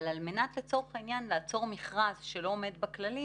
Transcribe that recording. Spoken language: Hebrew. אבל על מנת לעצור מכרז שלא עומד בכללים